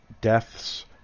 Deaths